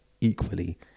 equally